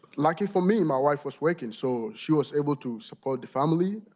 lucky for me my wife was working, so she was able to support the family.